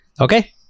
okay